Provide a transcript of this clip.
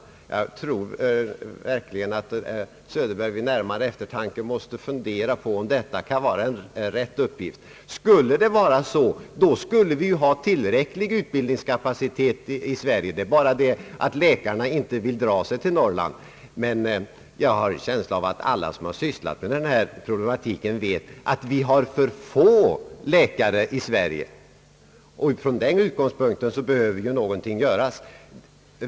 Jag tror verkligen att herr Söderberg vid närmare eftertanke måste fundera på om detta kan vara en rätt uppgift. Skulle det vara så, vore ju utbildningskapaciteten i Sverige i och för sig tillräcklig. Jag har en känsla av att alla som sysslar med denna problematik vet, att vi har för få läkare i Sverige. Från denna utgångspunkt behöver något göras.